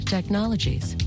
Technologies